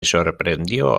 sorprendió